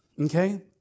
okay